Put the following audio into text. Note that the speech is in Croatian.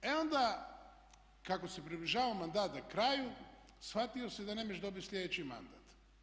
E onda kako se približavao mandat kraju shvatilo se da ne možeš dobiti sljedeći mandat.